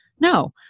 no